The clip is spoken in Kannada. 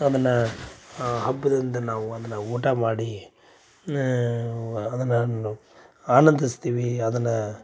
ಅದನ್ನು ಹಬ್ಬದಿಂದ ನಾವು ಅದನ್ನು ಊಟ ಮಾಡಿ ಅದನ್ನು ಒಂದು ಆನಂದಿಸ್ತೀವಿ ಅದನ್ನು